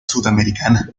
sudamericana